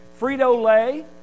Frito-Lay